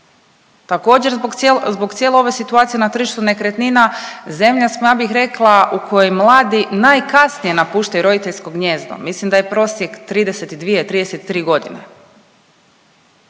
Također zbog cijele ove situacije na tržištu nekretnina zemlja smo ja bih rekla u kojoj mladi najkasnije napuštaju roditeljsko gnijezdo, mislim da je prosjek 32, 33 godine.